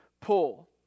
pull